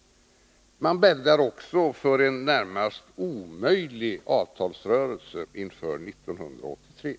— man bäddar också för en närmast omöjlig avtalsrörelse inför 1983.